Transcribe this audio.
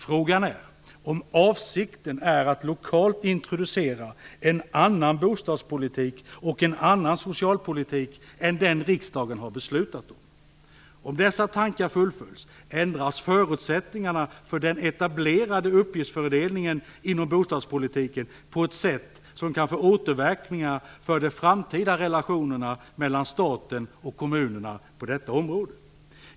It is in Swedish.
Frågan är om avsikten är att lokalt introducera en annan bostadspolitik och en annan socialpolitik än den riksdagen har beslutat om. Om dessa tankar fullföljs ändras förutsättningarna för den etablerade uppgiftsfördelningen inom bostadspolitiken på ett sätt som kan få återverkningar för de framtida relationerna mellan staten och kommunerna på detta område.